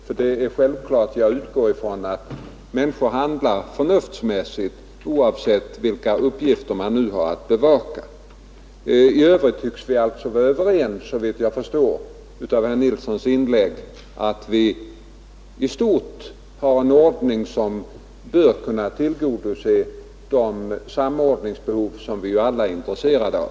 Jag utgår självfallet ifrån att människor handlar förnuftsmässigt, oavsett vilka uppgifter de har att bevaka. I övrigt tycks vi vara överens, såvitt jag förstår av herr Nilssons inlägg, om att det i stort tillämpas ett förfarande som bör kunna tillgodose de samordningsbehov som vi ju alla är intresserade av.